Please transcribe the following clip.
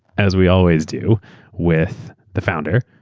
as we always do with the founder,